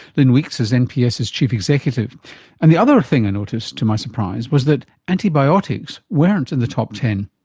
lynn weekes is nps's chief executive and the other thing i noticed to my surprise was that antibiotics weren't in the top ten.